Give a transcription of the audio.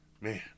Man